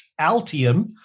Altium